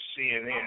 CNN